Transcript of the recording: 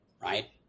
right